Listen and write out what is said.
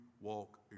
walk